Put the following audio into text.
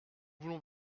voulons